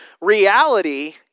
reality